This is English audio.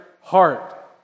heart